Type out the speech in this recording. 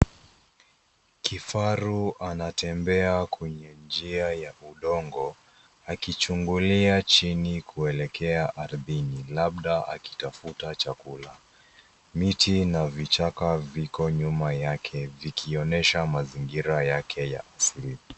Kifaru anatembea kwenye njia ya udongo akichungulia chini kuelekea ardhini labda akitafuta chakula. Miti na vichaka viko nyuma yake vikionyesha mazingira yake ya asili.